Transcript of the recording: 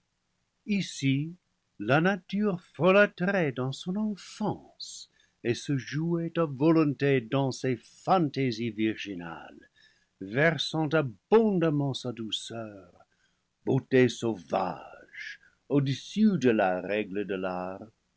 ici la nature folâtrait dans son enfance et se jouait à volonté dans ses fantaisies virginales versant abondamment sa douceur beauté sauvage au-dessus de la règle de l'art